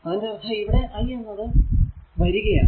അതിന്റെ അർഥം ഇവിടെ i എന്നത് വരികയാണ്